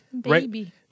baby